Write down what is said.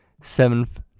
seventh